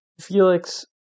Felix